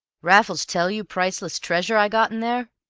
raffles tell you priceless treasure i got in there?